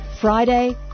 Friday